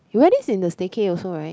you wear this in the stay cay also right